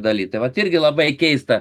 daly tai vat irgi labai keista